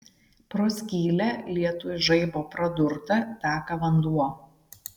pro skylę lietuj žaibo pradurtą teka vanduo